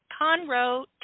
Conroe